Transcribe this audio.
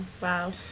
Wow